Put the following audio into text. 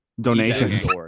donations